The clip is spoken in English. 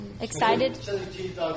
Excited